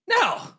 No